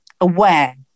aware